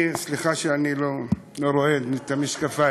סליחה, אני לא רואה, אין לי את המשקפיים.